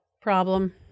problem